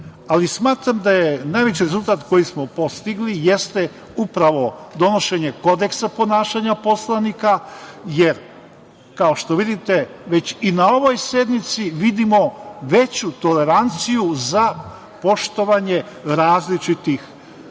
sektor. Smatram da je najveći rezultat koji smo postigli jeste upravo donošenje Kodeksa ponašanja poslanika, jer, kao što vidite, već i na ovoj sednici vidimo veću toleranciju za poštovanje različitih mišljenja.